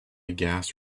gas